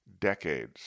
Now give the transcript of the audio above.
decades